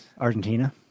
Argentina